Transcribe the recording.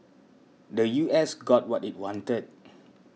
the U S got what it wanted